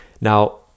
Now